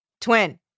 twin